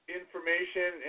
information